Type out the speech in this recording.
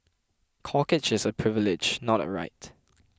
corkage is a privilege not a right